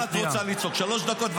כמה זמן את רוצה לצעוק, שלוש דקות?